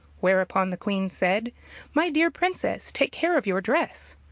whereupon the queen said my dear princess, take care of your dress.